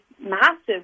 massive